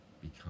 become